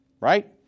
right